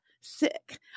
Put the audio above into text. sick